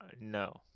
No